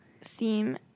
seem